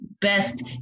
best